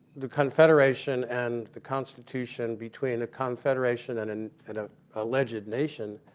the confederation and the constitution between a confederation and and and ah alleged nation.